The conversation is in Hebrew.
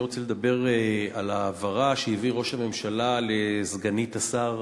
אני רוצה לדבר על ההבהרה שהבהיר ראש הממשלה לסגנית השר